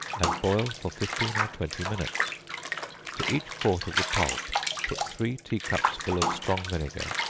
and boil for fifteen or twenty minutes to each quart of the pulp put three tea-cupsful of strong vinegar,